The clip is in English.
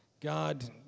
God